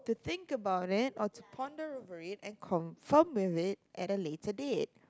think about it or to ponder over it and confirm with it at a later date